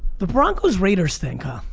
the broncos, raiders thing, kyle.